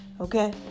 okay